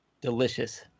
Delicious